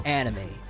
anime